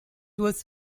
was